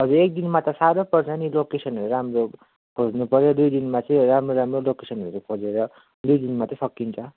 हजुर एकदिनमा त साह्रो पर्छ नि लोकेसनहरू राम्रो खोज्नु पऱ्यो दुई दिनमा चाहिँ राम्रो राम्रो लोकेसनहरू खोजेर दुई दिनमा चाहिँ सकिन्छ